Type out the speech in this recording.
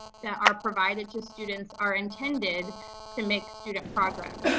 that are provided to students are intended to make student progress,